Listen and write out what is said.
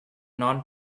non